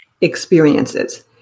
experiences